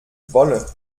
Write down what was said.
wolle